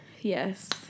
Yes